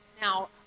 Now